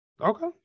Okay